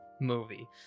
movie